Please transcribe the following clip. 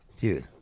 Dude